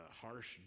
harsh